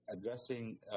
addressing